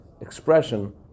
expression